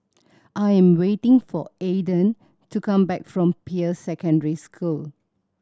I am waiting for Aedan to come back from Peirce Secondary School